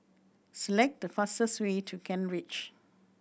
select the fastest way to Kent Ridge